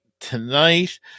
tonight